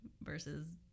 versus